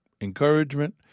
encouragement